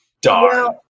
Darn